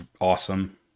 awesome